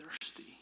thirsty